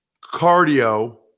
cardio